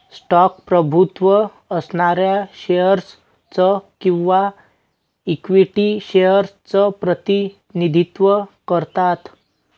stock प्रभुत्व असणाऱ्या shares च किंवा इक्विटी शेअर्स च प्रतिनिधित्व करतात